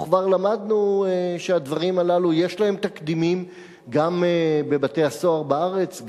וכבר למדנו שהדברים הללו יש להם תקדימים גם בבתי-הסוהר בארץ.